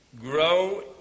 grow